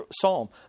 Psalm